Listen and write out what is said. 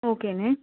okay